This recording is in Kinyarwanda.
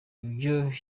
ibyo